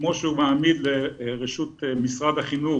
כמו שהוא מעמיד לרשות משרד החינוך